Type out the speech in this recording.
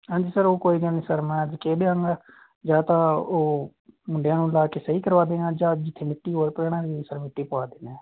ਹਾਂਜੀ ਸਰ ਉਹ ਕੋਈ ਗੱਲ ਨਹੀਂ ਸਰ ਮੈਂ ਅੱਜ ਕਹਿ ਦਿਆਂਗਾ ਜਾਂ ਤਾਂ ਉਹ ਮੁੰਡਿਆਂ ਨੂੰ ਲਗਾ ਕੇ ਸਹੀ ਕਰਵਾ ਦਿਆਂ ਜਾਂ ਜਿੱਥੇ ਮਿੱਟੀ ਹੋਰ ਪੈਣ ਵਾਲੀ ਸਰ ਮਿੱਟੀ ਪਵਾ ਦਿੰਦੇ ਹਾਂ